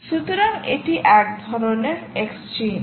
সুতরাং এটি এক ধরণের এক্সচেঞ্জ